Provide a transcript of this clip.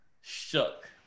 shook